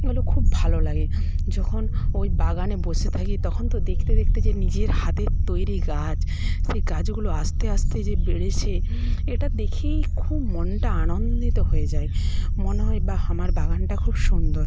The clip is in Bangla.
এগুলো খুব ভালো লাগে যখন ওই বাগানে বসে থাকি তখন তো দেখতে দেখতে যে নিজের হাতের তৈরি গাছ সে গাছগুলো আস্তে আস্তে যে বেড়েছে এটা দেখেই খুব মনটা আনন্দিত হয়ে যায় মনে হয় বাহ আমার বাগানটা খুব সুন্দর